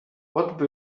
what